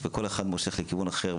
כשכל אחד מושך לכיוון אחר.